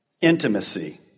intimacy